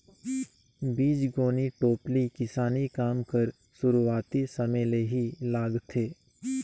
बीजगोनी टोपली किसानी काम कर सुरूवाती समे ले ही लागथे